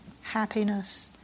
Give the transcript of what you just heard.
happiness